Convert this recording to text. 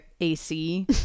AC